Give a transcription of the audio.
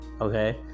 okay